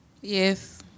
Yes